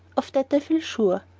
of that i feel sure.